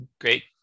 great